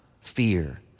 fear